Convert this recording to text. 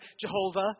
Jehovah